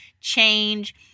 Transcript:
change